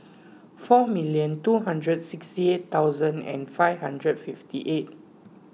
four million two hundred sixty eight thousand and five hundred fifty eight